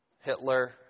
Hitler